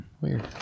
Weird